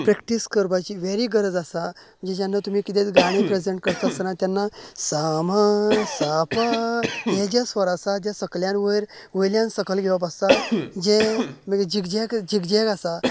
practice करपाची very गरज आसा म्हण् जेन्ना तुमी किदे गाणे प्रॅझेंट करतास्ताना तेन्ना सा म सा प ह्ये जे स्वर आसा जे सकल्ल्यान वयर वल्ल्यान सकल घेवप आसता जे मागी झीक झॅक झीक झॅक आसा